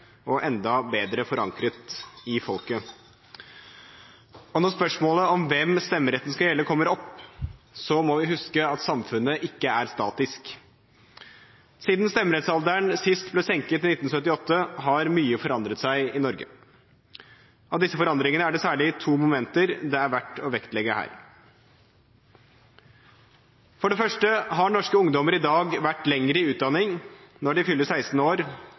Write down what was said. og enda bedre forankret i folket. Og når spørsmålet om hvem stemmeretten skal gjelde, kommer opp, må vi huske at samfunnet ikke er statisk. Siden stemmerettsalderen sist ble senket, i 1978, har mye forandret seg i Norge. Av disse forandringene er det særlig to momenter det er verdt å vektlegge her. For det første har norske ungdommer i dag vært lenger i utdanning når de fyller 16 år,